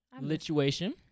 Lituation